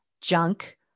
junk